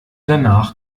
danach